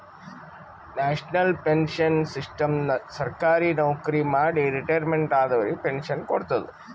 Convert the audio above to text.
national pension system ಸರ್ಕಾರಿ ನವಕ್ರಿ ಮಾಡಿ ರಿಟೈರ್ಮೆಂಟ್ ಆದವರಿಗ್ ಪೆನ್ಶನ್ ಕೊಡ್ತದ್